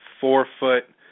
four-foot